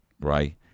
right